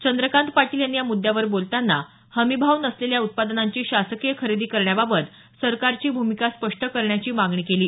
चंद्रकांत पाटील यांनी या मुद्यावर बोलताना हमी भाव नसलेल्या उत्पादनांची शासकीय खरेदी करण्याबाबत सरकारची भूमिका स्पष्ट करण्याची मागणी केली